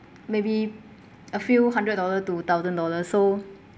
maybe a few hundred dollar to thousand dollar so